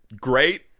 great